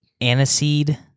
aniseed